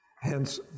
hence